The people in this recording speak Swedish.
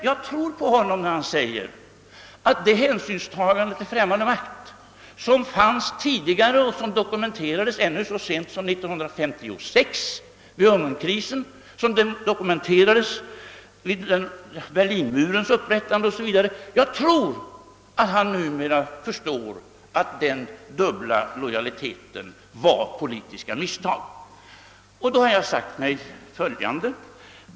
Jag tror emellertid att han numera förstår att kommunisternas tidigare hänsynstagande ' till främmande makt, den dubbla lojaliteten — vilket dokumenterades så sent som 1956 vid Ungern-krisen och exempelvis vid Berlinmurens upprättande — var politiska misstag. Då har jag sagt mig följande.